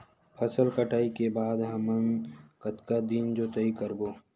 फसल कटाई के बाद हमन कतका दिन जोताई करबो?